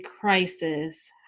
crisis